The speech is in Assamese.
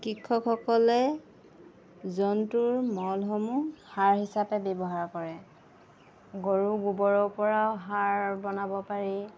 কৃষকসকলে জন্তুৰ মলসমূহ সাৰ হিচাপে ব্যৱহাৰ কৰে গৰু গোবৰৰপৰাও সাৰ বনাব পাৰি